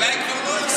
אולי כבר לא,